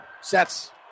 sets